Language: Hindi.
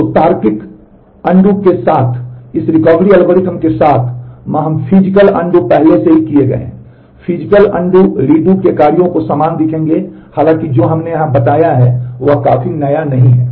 तो तार्किक पूर्ववत के साथ इस रिकवरी एल्गोरिदम के साथ मा हम फिजिकल अनडू redo कार्यों के समान दिखेंगे और हालांकि जो हमने यहां बताया है वह काफी नया नहीं है